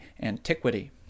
Antiquity